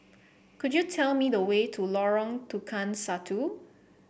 could you tell me the way to Lorong Tukang Satu